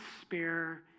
spare